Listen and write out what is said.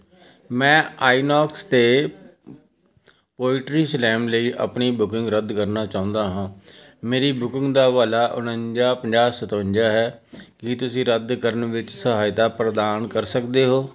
ਮੈਂ ਆਈਨੌਕਸ 'ਤੇ poetry slam ਲਈ ਆਪਣੀ ਬੁਕਿੰਗ ਰੱਦ ਕਰਨਾ ਚਾਹੁੰਦਾ ਹਾਂ ਮੇਰੀ ਬੁਕਿੰਗ ਦਾ ਹਵਾਲਾ ਉਨੰਜਾ ਪੰਜਾਹ ਸਤਵੰਜਾ ਹੈ ਕੀ ਤੁਸੀਂ ਰੱਦ ਕਰਨ ਵਿੱਚ ਸਹਾਇਤਾ ਪ੍ਰਦਾਨ ਕਰ ਸਕਦੇ ਹੋ